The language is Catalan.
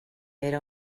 era